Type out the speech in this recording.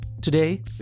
Today